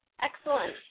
Excellent